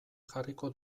jarriko